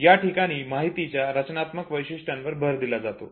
याठिकाणी माहितीच्या रचनात्मक वैशिष्ट्यांवर भर दिला जातो